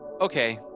Okay